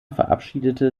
verabschiedete